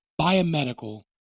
biomedical